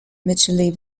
mutually